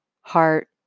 heart